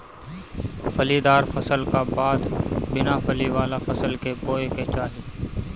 फलीदार फसल का बाद बिना फली वाला फसल के बोए के चाही